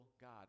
God